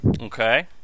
Okay